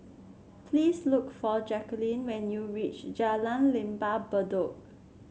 please look for Jacquline when you reach Jalan Lembah Bedok